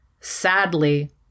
Sadly